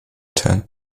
turned